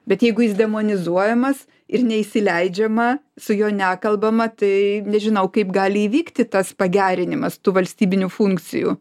bet jeigu jis demonizuojamas ir neįsileidžiama su juo nekalbama tai nežinau kaip gali įvykti tas pagerinimas tų valstybinių funkcijų